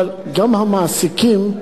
אבל גם המעסיקים,